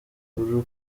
uri